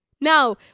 Now